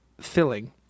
filling